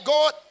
God